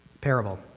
parable